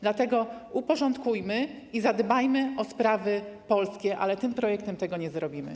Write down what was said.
Dlatego uporządkujmy to i zadbajmy o sprawy polskie, ale tym projektem tego nie zrobimy.